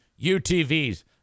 UTVs